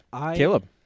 Caleb